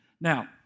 Now